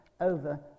over